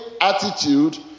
attitude